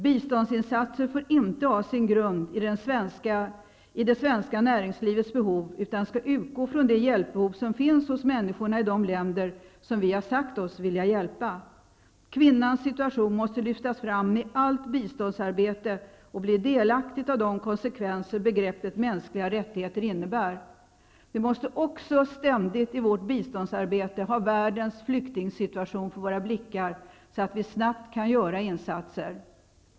Biståndsinsatser får inte ha sin grund i det svenska näringslivets behov utan skall utgå från det hjälpbehov som finns hos människorna i de länder vi sagt oss vilja hjälpa. Kvinnans situation måste lyftas fram i allt biståndsarbete och kvinnorna bli delaktiga av de konsekvenser begreppet mänskliga rättigheter innebär. Vi måste också ständigt i vårt biståndsarbete ha världens flyktingsituation för våra blickar, så att vi snabbt kan göra insatser.